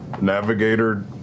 navigator